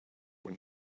when